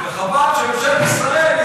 וחבל שממשלת ישראל,